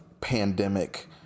pandemic